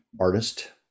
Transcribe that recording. artist